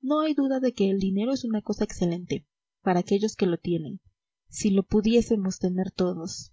no hay duda de que el dinero es una cosa excelente para aquellos que lo tienen si lo pudiésemos tener todos